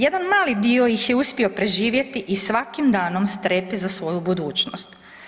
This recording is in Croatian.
Jedan mali dio ih je uspio preživjeti i svakim danom strepi za svoju budućnost.